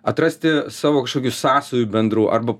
atrasti savo kažkokių sąsajų bendrų arba